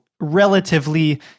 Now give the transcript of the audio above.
relatively